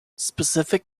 specific